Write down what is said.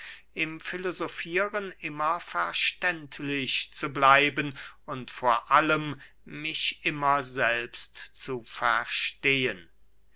im filosofieren immer verständlich zu bleiben und vor allem mich immer selbst zu verstehen